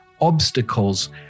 obstacles